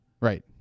right